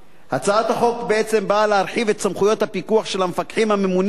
הצעת החוק בעצם באה להרחיב את סמכויות הפיקוח של המפקחים הממונים בחוק,